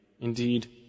Indeed